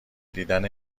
دیدن